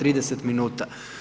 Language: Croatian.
30 minuta.